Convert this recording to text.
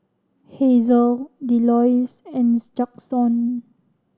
Hazel Delois and Jaxon